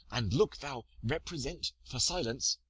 and look thou represent, for silence,